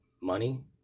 money